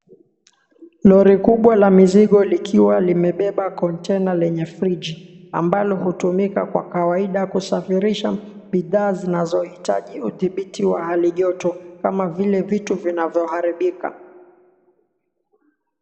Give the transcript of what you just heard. Lori kubwa la mizigo likiwa limebeba kontena lenye fridge , ambalo hutumika kwa kawaida kusafirisha bidhaa zinazohitaji udhibiti wa hali joto, kama vile vitu vinavyoharibika.